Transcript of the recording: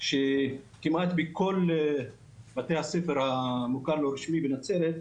שכמעט בכל בתי הספר המוכר לא רשמי בנצרת,